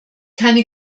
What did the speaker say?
keine